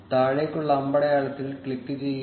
താഴേക്കുള്ള അമ്പടയാളത്തിൽ ക്ലിക്കുചെയ്യുക